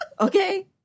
okay